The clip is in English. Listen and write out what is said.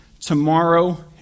tomorrow